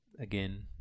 Again